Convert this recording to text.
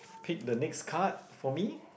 pick the next card for me